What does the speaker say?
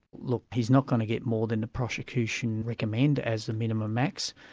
look, he's not going to get more than the prosecution recommend as the minimum max,